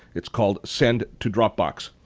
it's called send to dropbox.